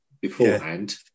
beforehand